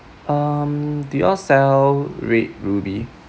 um do you all sell red ruby